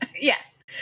Yes